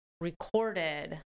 recorded